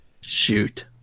shoot